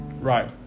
Right